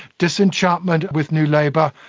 disenchantment with new labour,